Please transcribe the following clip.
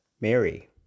Mary